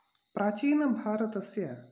प्राचीनभारतस्य